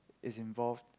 is involved